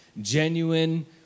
genuine